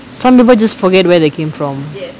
some people just forget where they came from